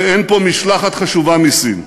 שאין פה משלחת חשובה מסין.